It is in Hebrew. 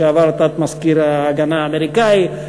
לשעבר תת-מזכיר ההגנה האמריקני,